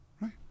Right